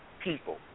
People